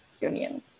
Union